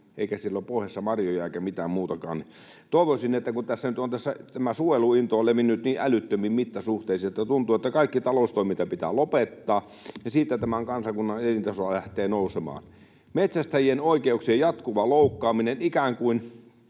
eikä siellä ole pohjassa marjoja eikä mitään muutakaan. Tässä nyt tämä suojeluinto on levinnyt niin älyttömiin mittasuhteisiin, että tuntuu, että kaikki taloustoiminta pitää lopettaa ja siitä tämän kansakunnan elintaso lähtee nousemaan. Metsästäjien oikeuksien jatkuvaa loukkaamista — ikään kuin